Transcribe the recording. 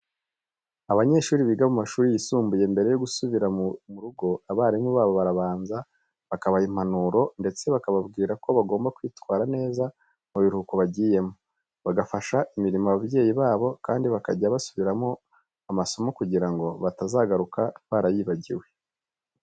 Abanyeshuri biga mu mashuri yisumbuye mbere yo gusubira mu rugo, abarimu babo barabanza bakabaha impanuro ndetse bakababwira ko bagomba kwitwara neza mu biruhuko bagiyemo, bagafasha imirimo ababyeyi babo kandi bakajya basubiramo amasomo kugira ngo batazagaruka barayibagiwe.